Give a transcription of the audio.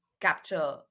capture